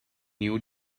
new